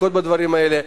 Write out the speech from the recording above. חקיקות בדברים כאלה.